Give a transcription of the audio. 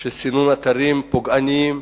של סינון אתרים פוגעניים,